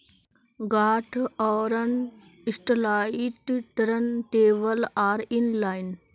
गांठ आवरण satellite turn table आर इन लाइन